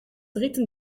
rieten